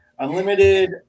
Unlimited